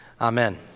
Amen